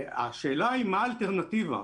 השאלה היא מה האלטרנטיבה.